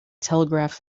telegraph